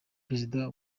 perezida